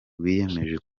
wiyemeje